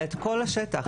אלא את כל השטח,